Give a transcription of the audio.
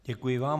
Děkuji vám.